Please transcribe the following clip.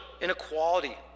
inequality